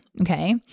Okay